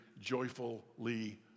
joyfully